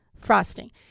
frosting